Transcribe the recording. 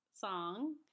song